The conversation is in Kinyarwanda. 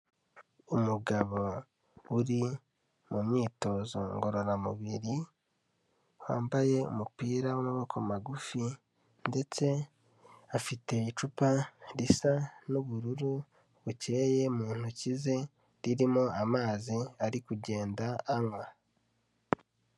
Umugabo uri mu myitozo ngororamubiri, wambaye umupira w'amaboko magufi ndetse afite icupa risa n'ubururu bukeye mu ntoki ze, ririmo amazi ari kugenda anywa.